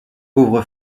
pauvre